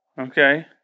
Okay